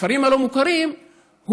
בכפרים הלא-מוכרים,